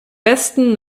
besten